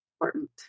important